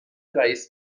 رئیس